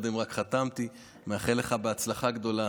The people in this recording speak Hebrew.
קודם רק חתמתי, אני מאחל לך הצלחה גדולה.